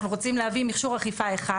אנחנו רוצים להביא מכשור אכיפה אחד,